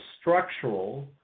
structural